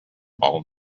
all